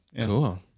Cool